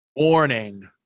Warning